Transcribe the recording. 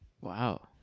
Wow